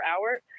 hour